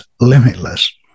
limitless